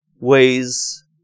ways